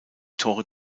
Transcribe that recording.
torre